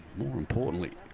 importantly,